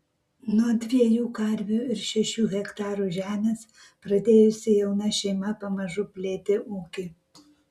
nuo dviejų karvių ir šešių hektarų žemės pradėjusi jauna šeima pamažu plėtė ūkį